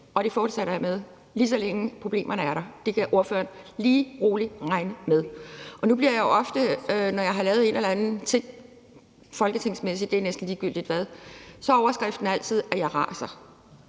og det fortsætter jeg med, lige så længe problemerne er der. Det kan ordføreren rolig regne med. Og nu er det jo sådan, at når jeg folketingsmæssigt har gjort en eller anden ting, og det er næsten ligegyldigt hvad, så er overskriften altid, at jeg raser